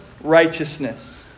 righteousness